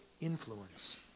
influence